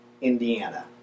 Indiana